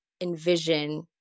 envision